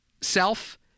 self